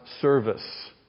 service